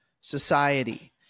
society